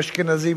אשכנזים,